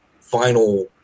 final